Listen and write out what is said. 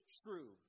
true